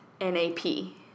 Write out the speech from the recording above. N-A-P